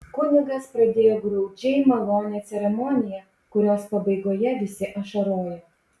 kunigas pradėjo graudžiai malonią ceremoniją kurios pabaigoje visi ašarojo